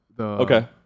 Okay